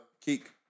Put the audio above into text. Keek